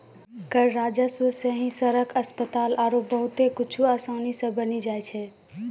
कर राजस्व सं ही सड़क, अस्पताल आरो बहुते कुछु आसानी सं बानी जाय छै